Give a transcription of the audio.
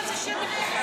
לא הגשתי על זה שמית בכלל.